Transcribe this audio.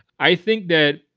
i think that.